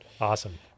Awesome